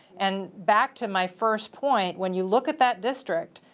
and back to my first point, when you look at that district,